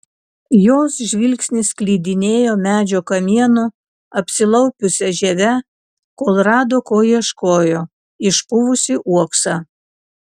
jos žvilgsnis klydinėjo medžio kamienu apsilaupiusia žieve kol rado ko ieškojo išpuvusį uoksą